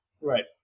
Right